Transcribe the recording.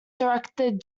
directed